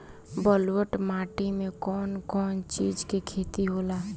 ब्लुअट माटी में कौन कौनचीज के खेती होला?